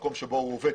מקום שבו הוא עובד,